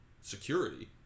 security